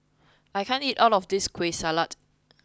I can't eat all of this kueh salat